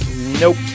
Nope